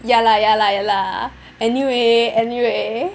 ya lah ya lah ya lah anyway anyway